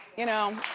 you know?